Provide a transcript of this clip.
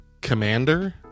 Commander